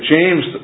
James